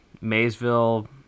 Maysville